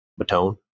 Matone